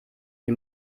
die